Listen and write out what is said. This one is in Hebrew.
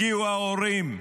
הגיעו ההורים,